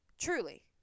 Truly